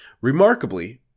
Remarkably